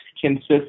consists